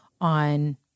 on